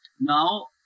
Now